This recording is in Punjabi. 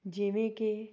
ਜਿਵੇਂ ਕਿ